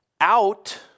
out